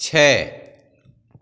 छै